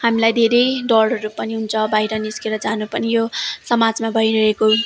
हामलाई धेरै डरहरू पनि हुन्छ बाहिर निस्केर जानु पनि यो समाजमा भइरहेको